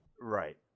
Right